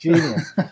Genius